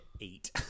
eight